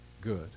good